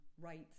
rights